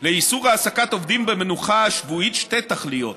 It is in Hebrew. לאיסור העסקת עובדים במנוחה השבועית שתי תכליות: